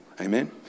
amen